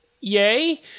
Yay